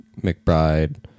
McBride